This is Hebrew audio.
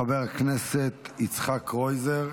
חבר הכנסת יצחק קרויזר,